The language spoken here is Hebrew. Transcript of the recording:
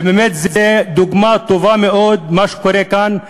ובאמת זו דוגמה טובה מאוד למה שקורה כאן.